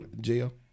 jail